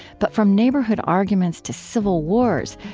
but from neighborhood arguments to civil wars,